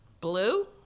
Blue